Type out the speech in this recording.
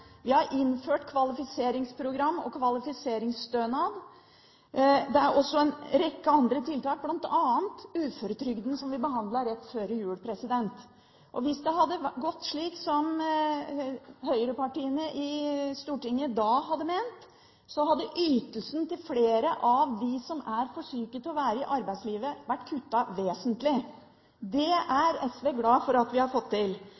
Vi har innført kvalifiseringsprogram og kvalifiseringsstønad. Det er også en rekke andre tiltak, bl.a. uføretrygden, som vi behandlet rett før jul. Hvis det hadde gått slik som høyrepartiene i Stortinget da mente, hadde ytelsen til flere av dem som er for syke til å være i arbeidslivet, vært kuttet vesentlig. Dette er SV glad for at vi har fått til.